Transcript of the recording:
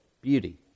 beauty